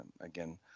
again